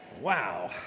Wow